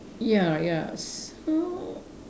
ya ya so